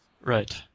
Right